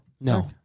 No